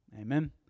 Amen